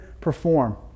perform